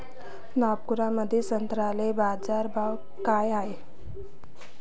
नागपुरामंदी संत्र्याले बाजारभाव काय हाय?